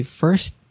first